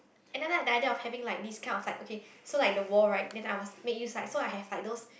and then like the idea of having like these kind of like okay so like the wall right then I must make use like so I have like those